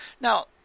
Now